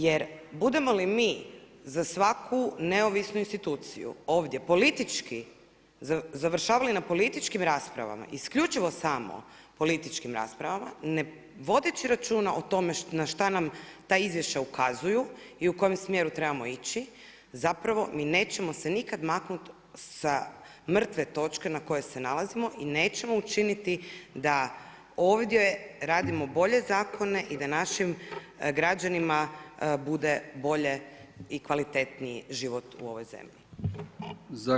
Jer budemo li mi za svaku neovisnu instituciju ovdje politički završavali na političkim raspravama, isključivo samo političkim raspravama ne vodeći računa o tome na šta nam ta izvješća ukazuju i u kojem smjeru trebamo ići zapravo mi nećemo se nikad maknut sa mrtve točke na kojoj se nalazimo i nećemo učiniti da ovdje radimo bolje zakone i da našim građanima bude bolji i kvalitetniji život u ovoj zemlji.